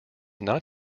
not